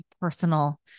personal